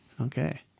Okay